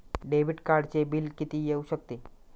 Debit कार्डचे bill किती येऊ शकते?